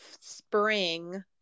spring